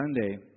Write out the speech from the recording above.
Sunday